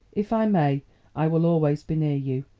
if i may i will always be near you.